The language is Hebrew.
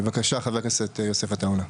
בבקשה, חה"כ יוסף עטאונה.